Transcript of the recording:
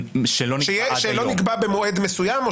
שלא נגבה במועד מסוים.